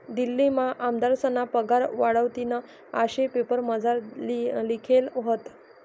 दिल्लीमा आमदारस्ना पगार वाढावतीन आशे पेपरमझार लिखेल व्हतं